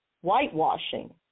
whitewashing